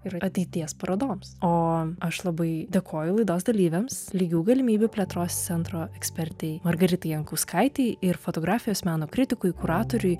ir ateities parodoms o aš labai dėkoju laidos dalyviams lygių galimybių plėtros centro ekspertei margaritai jankauskaitei ir fotografijos meno kritikui kuratoriui